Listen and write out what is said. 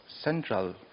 central